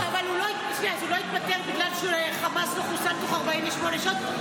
אז הוא לא התפטר בגלל שחמאס לא חוסל תוך 48 שעות?